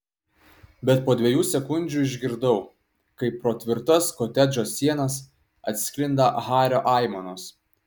bet po dviejų sekundžių išgirdau kaip pro tvirtas kotedžo sienas atsklinda hario aimanos